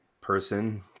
person